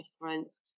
difference